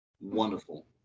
Wonderful